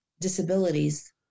disabilities